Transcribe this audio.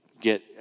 get